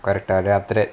correct eh then after that